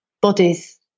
bodies